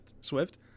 Swift